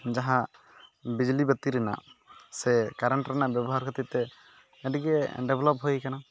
ᱡᱟᱦᱟᱸ ᱵᱤᱡᱽᱞᱤ ᱵᱟᱛᱤ ᱨᱮᱱᱟᱜ ᱥᱮ ᱠᱟᱨᱮᱱᱴ ᱨᱮᱱᱟᱜ ᱵᱮᱵᱚᱦᱟᱨ ᱠᱷᱟᱹᱛᱤᱨᱛᱮ ᱟᱹᱰᱤᱜᱮ ᱰᱮᱵᱷᱞᱚᱯ ᱦᱩᱭ ᱟᱠᱟᱱᱟ